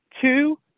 two